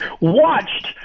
watched